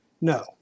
no